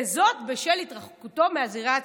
וזאת בשל התרחקותו מהזירה הציבורית".